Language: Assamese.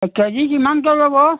কেজি কিমানকৈ ল'ব